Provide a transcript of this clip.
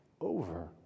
over